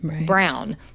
brown